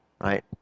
right